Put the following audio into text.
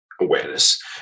awareness